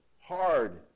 hard